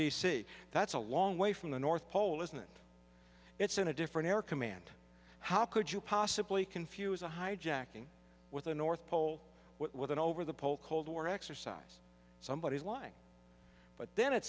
c that's a long way from the north pole isn't it's in a different air command how could you possibly confuse a hijacking with the north pole with an over the pole cold war exercise somebody is lying but then it